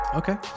okay